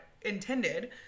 intended